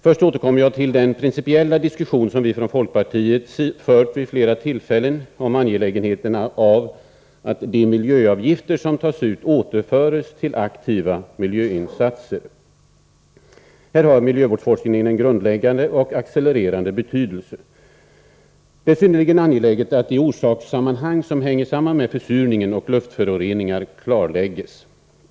Först återkommer jag till den principiella diskussion som vi från folkpartiet fört vid flera tillfällen om angelägenheten av att de miljöavgifter som tas ut återförs till aktiva miljöinsatser. Här har miljövårdsforskningen en grundläggande och accelererande betydelse. Det är synnerligen angeläget att orsakssammanhangen beträffande försurning och luftföroreningar klarläggs.